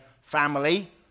family